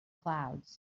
clouds